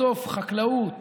בסוף חקלאות